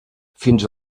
fins